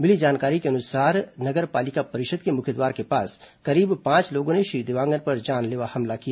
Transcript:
मिली जानकारी के अनुसार नगर पालिका परिषद के मुख्य द्वार के पास करीब पांच लोगों ने श्री देवांगन पर जानलेवा हमला किया